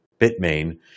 Bitmain